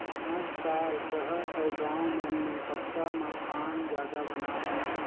आजकाल सहर अउ गाँव मन में पक्का मकान जादा बनात हे